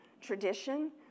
tradition